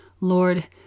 Lord